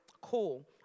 Cool